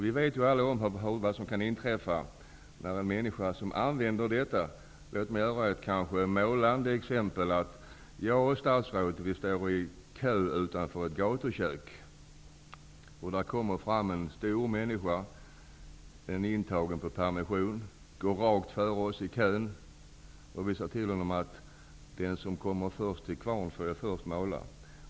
Vi känner ju alla till vad som kan inträffa när en människa som använder anabola steroider. Jag vill ge ett målande exempel: Statsrådet och jag står i en kö utanför ett gatukök, och en stor människa kommer fram -- en intagen som har permission -- och tränger sig före oss i kön. Vi säger då till honom att den som först kommer till kvarn får först mala.